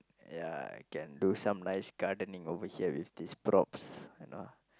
ya I can do some nice gardening over here with these props you know